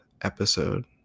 episode